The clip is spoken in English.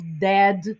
dead